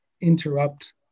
interrupt